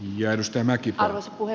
ja jos tämäkin puhe